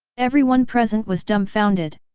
everyone present was dumbfounded.